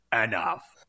enough